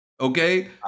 Okay